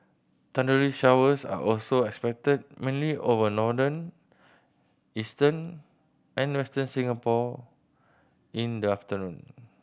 thundery showers are also expected mainly over northern eastern and Western Singapore in the afternoon